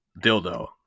dildo